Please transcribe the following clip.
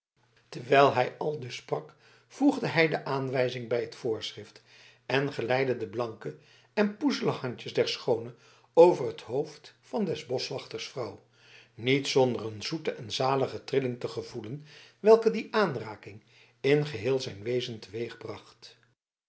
terwijl hij aldus sprak voegde hij de aanwijzing bij het voorschrift en geleidde de blanke en poezele handjes der schoone over het hoofd van des boschwachters vrouw niet zonder een zoete en zalige trilling te gevoelen welke die aanraking in geheel zijn wezen